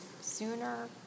sooner